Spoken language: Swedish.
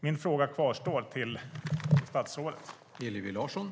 Min fråga till statsrådet kvarstår.